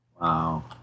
Wow